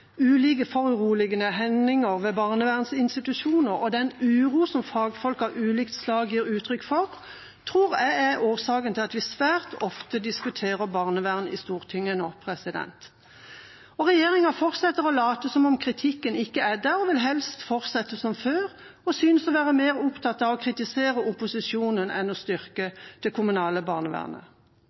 ulike foruroligende hendinger ved barnevernsinstitusjoner og den uro som fagfolk av ulikt slag gir uttrykk for, tror jeg er årsaken til at vi svært ofte diskuterer barnevern i Stortinget nå. Regjeringa fortsetter å late som om kritikken ikke er der, vil helst fortsette som før og synes å være mer opptatt av å kritisere opposisjonen enn av å styrke det kommunale barnevernet.